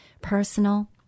personal